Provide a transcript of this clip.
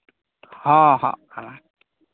ᱦᱚᱸ ᱦᱚᱸᱜ ᱠᱟᱱᱟᱭ